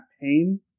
pain